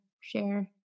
share